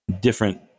different